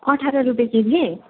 अठार रुपियाँ केजी